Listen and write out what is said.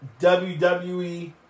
WWE